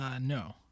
No